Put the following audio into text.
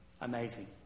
Amazing